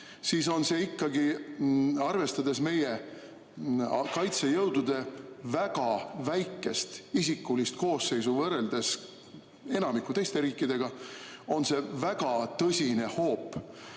siis on see ikkagi, arvestades meie kaitsejõudude väga väikest isikulist koosseisu võrreldes enamiku teiste riikidega, väga tõsine hoop